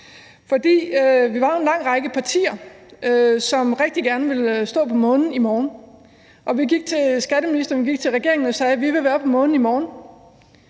Vi var jo en lang række partier, som rigtig gerne ville stå på månen i morgen, og vi gik til skatteministeren og regeringen og sagde: Vi vil være på månen i morgen.